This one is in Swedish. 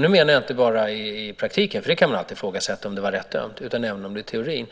Nu menar jag inte bara i praktiken - man kan alltid ifrågasätta om det var rätt dömt - utan också i teorin.